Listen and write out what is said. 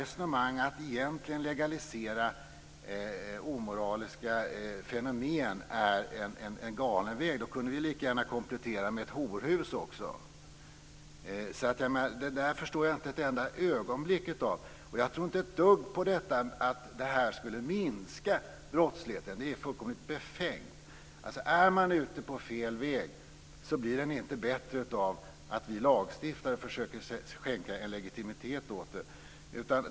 Resonemang för att legalisera egentligen omoraliska fenomen är en galen väg. Vi kunde i så fall lika gärna komplettera med ett horhus också. Jag förstår inte detta för ett ögonblick. Jag tror inte ett dugg på att brottsligheten skulle minska. Det är fullständigt befängt. Är man ute på fel väg blir det inte bättre av att vi lagstiftare försöker skänka en legitimitet åt företeelsen.